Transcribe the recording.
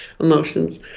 emotions